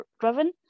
driven